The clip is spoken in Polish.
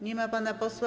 Nie ma pana posła.